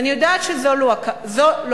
ואני יודעת שזו לא הכוונה,